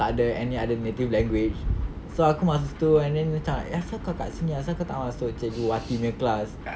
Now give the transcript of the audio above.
ada any other native language so aku masuk situ and then macam asal kau kat sini asal kau tak masuk cikgu wati kelas